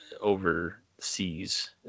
overseas